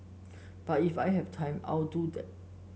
but if I have time I'll do that